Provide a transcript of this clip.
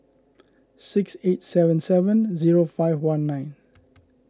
six eight seven seven zero five one nine